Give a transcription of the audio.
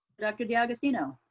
dr. d'agostino.